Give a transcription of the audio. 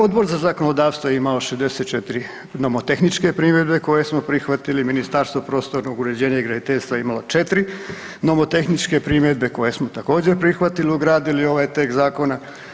Odbor za zakonodavstvo je imao 64 nomotehničke primjedbe koje smo prihvatili, Ministarstvo prostornog uređenja i graditeljstva je imalo 4 nomotehničke primjedbe koje smo također, prihvatili i ugradili u ovaj tekst zakona.